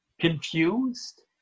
confused